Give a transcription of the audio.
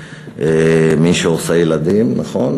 מי שעושה ילדים נכון,